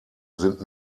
sind